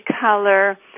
color